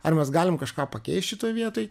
ar mes galime kažką pakeist šitoj vietoj